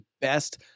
best